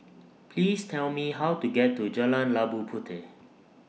Please Tell Me How to get to Jalan Labu Puteh